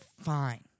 fine